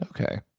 okay